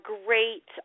great